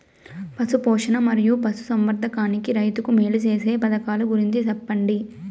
పశు పోషణ మరియు పశు సంవర్థకానికి రైతుకు మేలు సేసే పథకాలు గురించి చెప్పండి?